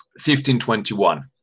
1521